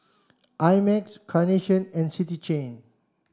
I Max Carnation and City Chain